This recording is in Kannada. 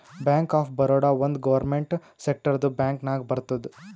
ಬ್ಯಾಂಕ್ ಆಫ್ ಬರೋಡಾ ಒಂದ್ ಗೌರ್ಮೆಂಟ್ ಸೆಕ್ಟರ್ದು ಬ್ಯಾಂಕ್ ನಾಗ್ ಬರ್ತುದ್